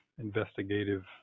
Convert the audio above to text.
investigative